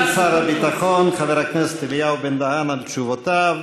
תודה לסגן שר הביטחון חבר הכנסת אליהו בן-דהן על תשובותיו.